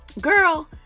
Girl